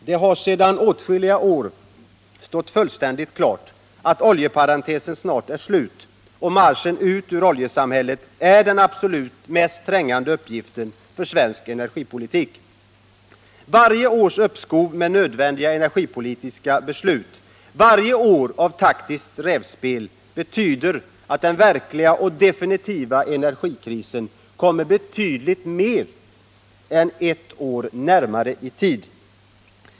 Det har sedan åtskilliga år stått fullständigt klart att oljeparentesen snart är slut och att marschen ut ur oljesamhället är den absolut mest trängande uppgiften för svensk energipolitik. Varje års uppskov med nödvändiga energipolitiska beslut, varje år av taktiskt rävspel betyder att den verkliga och definitiva energikrisen kommer betydligt mer än ett år närmare i tiden.